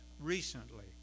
recently